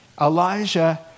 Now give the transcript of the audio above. Elijah